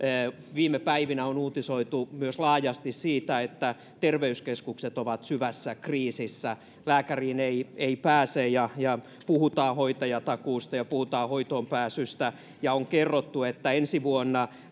viime päivinä on uutisoitu myös laajasti siitä että terveyskeskukset ovat syvässä kriisissä lääkäriin ei ei pääse puhutaan hoitajatakuusta ja hoitoon pääsystä ja on kerrottu että ensi vuonna